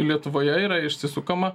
lietuvoje yra išsisukama